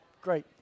great